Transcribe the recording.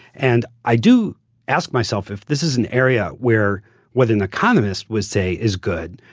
and i do ask myself if this is an area where what an economist would say is good,